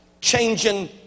changing